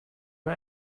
the